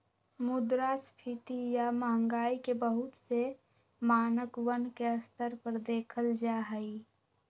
मुद्रास्फीती या महंगाई के बहुत से मानकवन के स्तर पर देखल जाहई